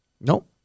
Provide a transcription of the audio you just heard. Nope